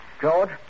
George